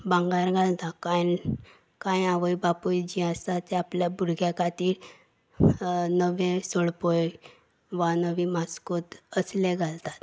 भांगर घालता कांय कांय आवय बापूय जीं आसा तीं आपल्या भुरग्या खातीर नवे सरपळी वा नवी मास्कोत असले घालतात